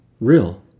real